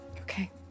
Okay